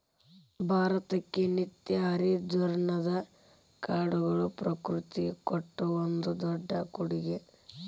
ಭಾರತಕ್ಕೆ ನಿತ್ಯ ಹರಿದ್ವರ್ಣದ ಕಾಡುಗಳು ಪ್ರಕೃತಿ ಕೊಟ್ಟ ಒಂದು ದೊಡ್ಡ ಕೊಡುಗೆ